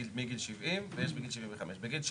מגיל 70 ומגיל 75. בגיל 70,